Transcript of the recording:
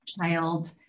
child